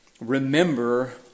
Remember